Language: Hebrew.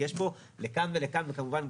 כי יש פה לכאן ולכאן וכמובן,